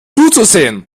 zuzusehen